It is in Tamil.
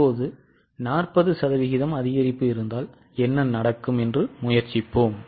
இப்போது 40 சதவீதம் அதிகரித்தால் என்ன நடக்கும் என்று முயற்சிப்போம்